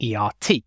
ERT